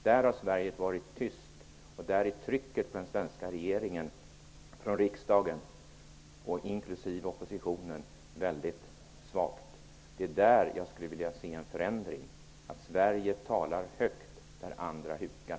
Nu har Sverige varit tyst, och trycket på den svenska regeringen från riksdagen, inklusive oppositionen, är väldigt svagt. I detta avseende skulle jag vilja se en förändring, nämligen att Sverige talar högt när andra hukar.